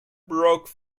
broke